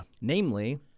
Namely